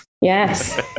yes